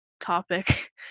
topic